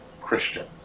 Christian